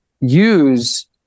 use